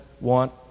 want